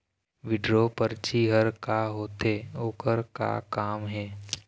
Withdraw परची हर का होते, ओकर का काम हे?